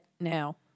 now